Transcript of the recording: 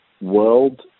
world